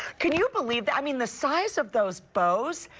can you believe? the i mean the size of those bows,